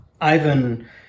Ivan